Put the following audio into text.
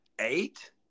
Eight